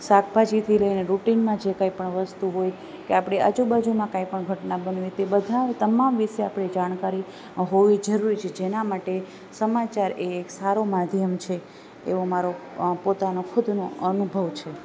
શાકભાજીથી લઈ રૂટિનમાં જે કાંઈ પણ વસ્તુ હોય તો આપણી આજુબાજુના કાંઈ પણ ઘટના બની તે બધાં તમામ વિશે આપણે જાણકારી હોવી જરૂરી છે જેના માટે સમાચાર એક સારા માધ્યમ છે એવો મારો પોતાનો ખુદનો અનુભવ છે